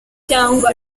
cyangwa